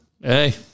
hey